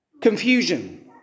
Confusion